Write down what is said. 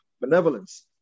benevolence